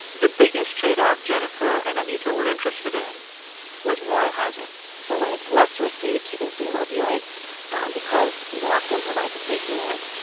the biggest trade-off jennifer and anita were interested in was moral hazard so when it's less risky to consume opioids because naloxone provides a safety net,